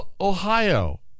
Ohio